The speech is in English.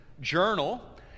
journal